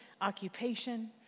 occupation